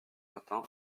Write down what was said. matin